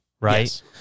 right